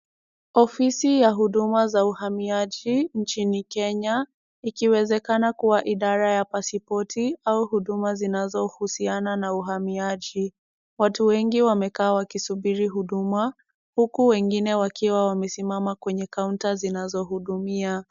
Ofisi ya Huduma za Uhamiaji nchini Kenya ikiwezekana kuwa idara ya pasipoti au huduma zinazo husiana na uhamiaji. Watu wengi wamekaa wakisubiri huduma huku wengine wakiwa wamesimama kwenye kaunta zinazohudumia.